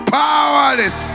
powerless